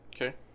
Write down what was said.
Okay